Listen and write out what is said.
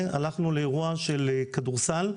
הלכנו לאירוע של כדורסל,